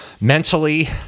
mentally